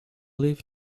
leave